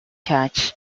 church